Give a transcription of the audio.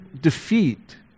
defeat